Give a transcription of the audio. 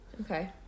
Okay